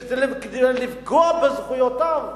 שזה לפגוע בזכויותיו,